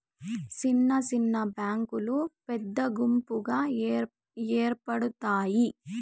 సిన్న సిన్న బ్యాంకులు పెద్ద గుంపుగా ఏర్పడుతాయి